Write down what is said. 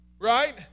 right